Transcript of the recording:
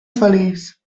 feliç